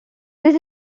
this